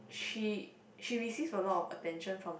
she she receives a lot of attention from the